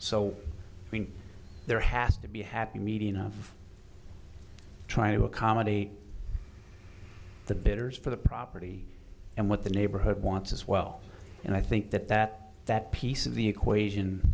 so there has to be happy median of trying to accommodate the bidders for the property and what the neighborhood wants as well and i think that that that piece of the equation